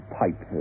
pipe